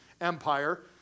Empire